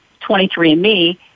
23andMe